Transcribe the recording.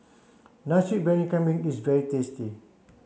Nasi Briyani Kambing is very tasty